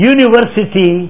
University